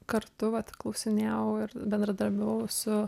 kartu vat klausinėjau ir bendradarbiavau su